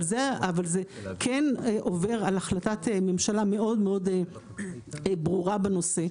אבל זה כן עובר על החלטת ממשלה מאוד מאוד ברורה בנושא.